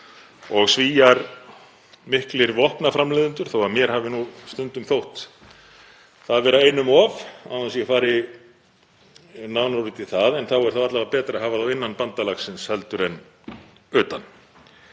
og Svíar miklir vopnaframleiðendur þó að mér hafi nú stundum þótt það vera einum of án þess að ég fari nánar út í það. En það er þá alla vega betra að hafa þá innan bandalagsins heldur en utan